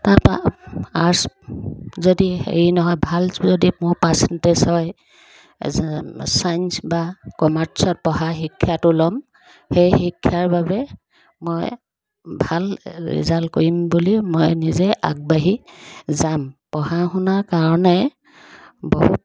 তাৰপৰা আৰ্টছ যদি হেৰি নহয় ভাল যদি মোৰ পাৰ্চেণ্টেজ হয় ছাইন্স বা কমাৰ্চত পঢ়া শিক্ষাটো ল'ম সেই শিক্ষাৰ বাবে মই ভাল ৰিজাল্ট কৰিম বুলি মই নিজে আগবাঢ়ি যাম পঢ়া শুনা কাৰণে বহুত